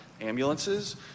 ambulances